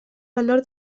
valor